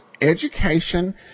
education